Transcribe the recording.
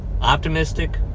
Optimistic